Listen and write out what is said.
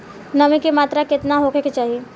नमी के मात्रा केतना होखे के चाही?